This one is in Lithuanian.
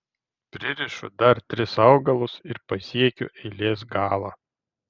pririšu dar tris augalus ir pasiekiu eilės galą